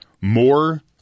more